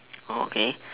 okay